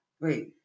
Wait